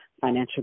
financial